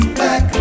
back